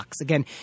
Again